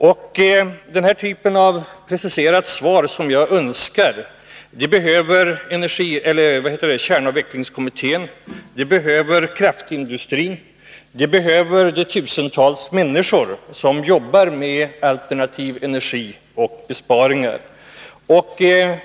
d Den här typen av preciserat svar som jag önskar behöver kärnkraftsavvecklingskommittén, det behöver kraftindustrin, det behöver de tusentals människor som jobbar med alternativ energi och besparingar.